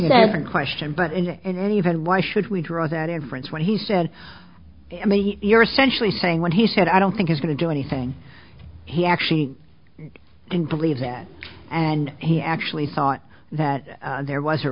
never question but in the end even why should we draw that inference when he said i mean you're essentially saying when he said i don't think is going to do anything he actually didn't believe that and he actually thought that there was a